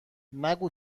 نگو